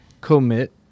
Commit